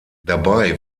dabei